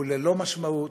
הוא ללא משמעות.